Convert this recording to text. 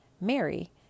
Mary